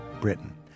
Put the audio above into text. Britain